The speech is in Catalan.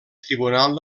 tribunal